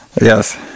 Yes